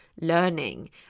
learning